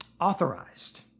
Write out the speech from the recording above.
Authorized